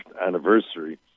anniversary